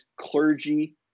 clergy